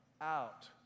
out